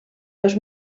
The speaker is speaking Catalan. dos